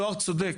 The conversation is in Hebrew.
זוהר צודק,